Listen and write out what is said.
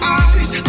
eyes